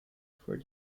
for